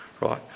Right